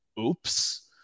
oops